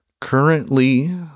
Currently